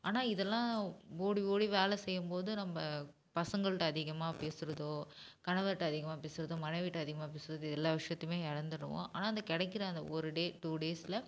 ஆனால் இதெல்லாம் ஓடி ஓடி வேலை செய்யும் போது நம்ப பசங்கள்கிட்ட அதிகமாக பேசுறதோ கணவர்கிட்ட அதிகமாக பேசுறதோ மனைவிகிட்ட அதிகமாக பேசுறது இது எல்லா விஷயத்தியுமே எழந்துருவோம் ஆனால் அந்த கிடைக்குற அந்த ஒரு டே டூ டேஸில்